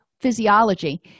physiology